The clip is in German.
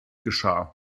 geschah